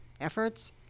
efforts